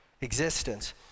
existence